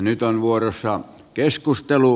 nyt on vuorossa keskustelu